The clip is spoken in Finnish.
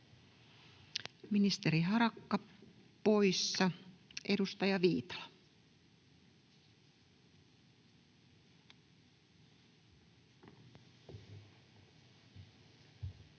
Ministeri Harakka poissa. — Edustaja Viitala. [Speech